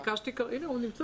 הנה, הוא נמצא.